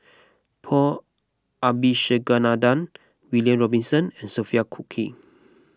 Paul Abisheganaden William Robinson and Sophia Cooke